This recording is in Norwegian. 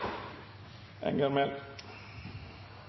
Enger Mehl